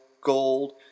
gold